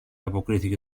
αποκρίθηκε